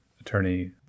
attorney